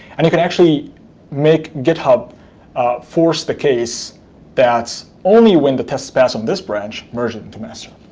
and you can actually make github force the case that's only when the test pass on this branch merge it into master.